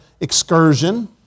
excursion